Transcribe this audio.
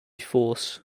force